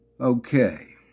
Okay